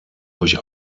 durch